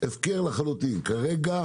כרגע